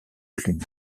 cluny